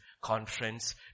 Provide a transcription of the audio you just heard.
conference